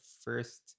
first